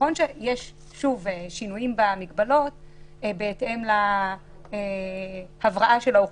נכון שיש שינויים במגבלות בהתאם להבראה של האוכלוסייה,